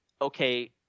okay